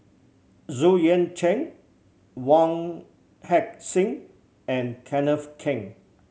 Xu Yuan Zhen Wong Heck Sing and Kenneth Keng